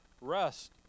rest